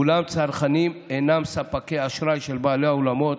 אולם הצרכנים אינם ספקי האשראי של בעלי האולמות,